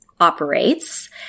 operates